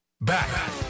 Back